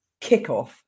Kickoff